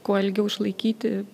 kuo ilgiau išlaikyti